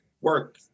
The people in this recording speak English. work